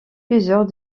plusieurs